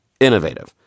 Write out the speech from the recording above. innovative